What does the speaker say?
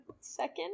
second